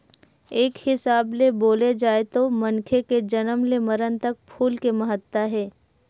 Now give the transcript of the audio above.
एक हिसाब ले बोले जाए तो मनखे के जनम ले मरन तक फूल के महत्ता हे